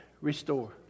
Restore